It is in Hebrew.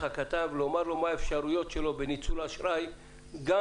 הקטן ולומר לו מה האפשרויות שלו בניצול האשראי גם